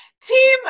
team